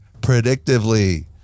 predictively